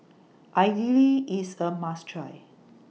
Idili IS A must Try